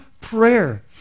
prayer